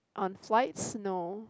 on flights no